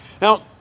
Now